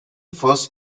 first